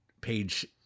page